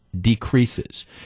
decreases